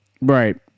Right